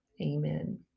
Amen